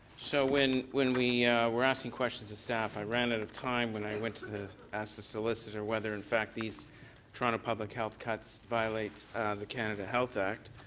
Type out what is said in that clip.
so when when we we're asking questions of staff i ran out of time when i went to to ask the solicitor whether in fact these toronto public health cuts violate the canadian kind of health act.